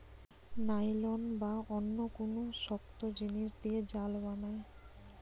nylon বা অন্য কুনু শক্ত জিনিস দিয়ে জাল বানায়